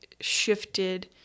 shifted